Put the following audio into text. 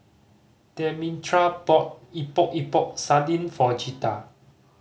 Demetra bought Epok Epok Sardin for Jetta